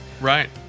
Right